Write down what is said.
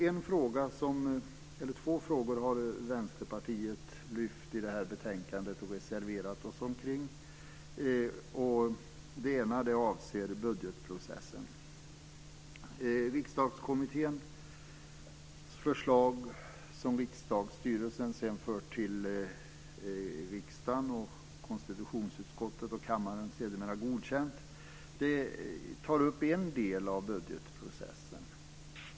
Vänsterpartiet har lyft fram två frågor i det här betänkandet och reserverat sig för dessa. Den ena avser budgetprocessen. I Riksdagskommitténs förslag, som Riksdagsstyrelsen sedan fört till riksdagen och konstitutionsutskottet och som kammaren sedermera godkänt, tas en del av budgetprocessen upp.